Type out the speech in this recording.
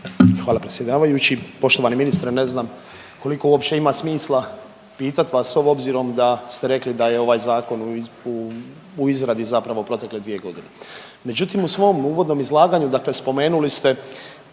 Hvala predsjedavajući. Poštovani ministre ne znam koliko uopće ima smisla pitati vas s obzirom da ste rekli da je ovaj zakon u izradi zapravo protekle dvije godine. Međutim, u svom uvodnom izlaganju, dakle spomenuli ste